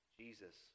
jesus